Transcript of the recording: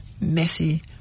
messy